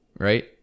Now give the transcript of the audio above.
right